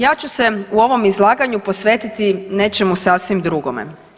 Ja ću se u ovom izlaganju posvetiti nečemu sasvim drugome.